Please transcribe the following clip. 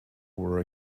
were